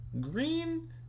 green